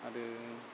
आरो